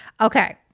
Okay